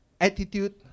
attitude